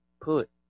put